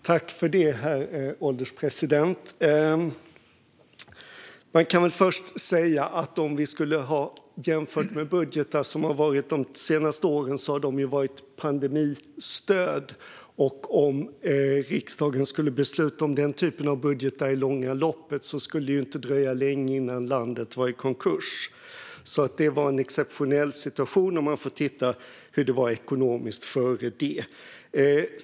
Herr ålderspresident! Man kan väl först säga att de senaste årens budgetar ju har varit pandemistöd. Om riksdagen skulle besluta om den typen av budgetar i det långa loppet skulle det inte dröja länge förrän landet var i konkurs. Det var en exceptionell situation, och man får därför se hur det var ekonomiskt före det.